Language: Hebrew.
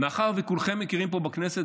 מאחר שכולכם מכירים פה בכנסת,